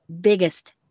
biggest